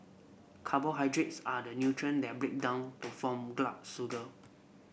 carbohydrates are the nutrient that break down to form sugar